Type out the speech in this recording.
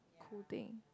cool thing